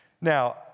Now